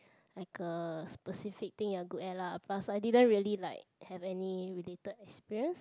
like a specific thing you're good at lah plus I didn't really like have any related experience